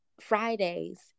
Fridays